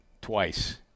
twice